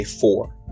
four